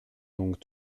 donc